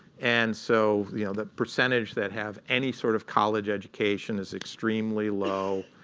and so you know that percentage that have any sort of college education is extremely low.